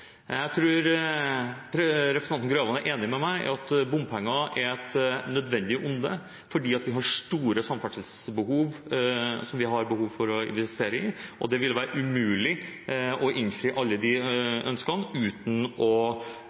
Jeg tror representanten Grøvan er enig med meg i at bompenger er et nødvendig onde, fordi vi har store behov for å investere innenfor samferdsel, og det vil være umulig å innfri alle de ønskene uten å